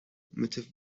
motivate